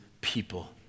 people